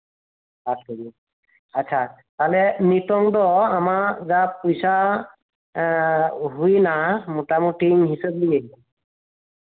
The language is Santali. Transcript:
ᱟᱴ ᱠᱮᱡᱤ ᱟᱪᱪᱷᱟ ᱛᱟᱞᱦᱮ ᱱᱤᱛᱳᱝ ᱫᱚ ᱟᱢᱟᱜ ᱡᱟ ᱯᱚᱭᱥᱟ ᱮᱸ ᱦᱩᱭᱱᱟ ᱢᱚᱴᱟᱼᱢᱩᱴᱤᱧ ᱦᱤᱸᱥᱟᱹᱵ ᱞᱮᱜᱮᱧ